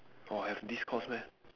oh have this course meh